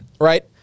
right